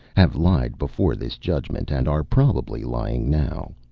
have lied before this judgment, and are probably lying now.